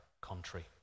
country